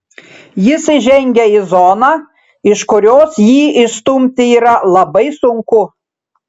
jis įžengia į zoną iš kurios jį išstumti yra labai sunku